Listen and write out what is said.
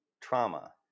trauma